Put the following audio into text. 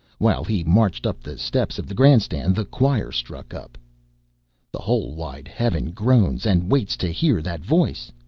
while he marched up the steps of the grand stand, the choir struck up the whole wide heaven groans, and waits to hear that voice.